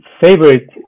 favorite